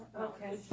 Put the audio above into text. Okay